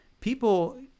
people